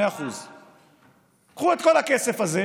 2%. 2%. קחו את כל הכסף הזה,